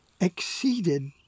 exceeded